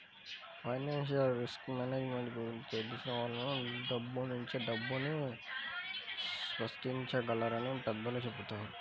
financial risk management గురించి తెలిసిన వాళ్ళు డబ్బునుంచే డబ్బుని సృష్టించగలరని పెద్దలు చెబుతారు